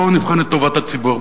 בואו נבחן את טובת הציבור.